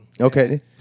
Okay